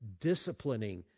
disciplining